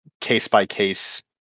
case-by-case